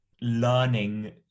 learning